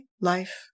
life